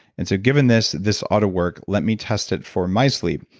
and so given this this auto work, let me test it for my sleep,